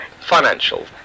financial